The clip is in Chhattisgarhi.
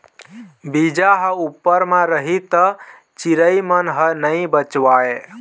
बीजा ह उप्पर म रही त चिरई मन ह नइ बचावय